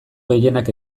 gehienak